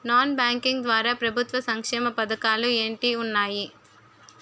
Non banking ద్వారా ప్రభుత్వ సంక్షేమ పథకాలు ఏంటి ఉన్నాయి?